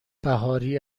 بهاری